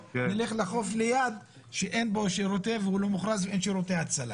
נלך לחוף ליד שאין בו שירותים והוא לא מוכרז ואין שירותי הצלה.